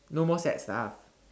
no more sad stuff